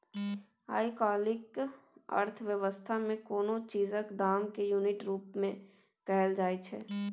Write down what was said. आइ काल्हिक अर्थ बेबस्था मे कोनो चीजक दाम केँ युनिट रुप मे कहल जाइ छै